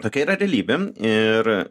tokia yra realybė ir